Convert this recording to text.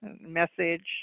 message